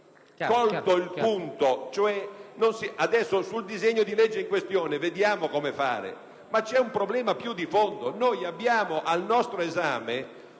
colto il punto. Sul disegno di legge in questione vediamo come fare, ma c'è un problema più di fondo: